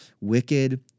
wicked